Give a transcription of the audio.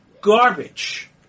garbage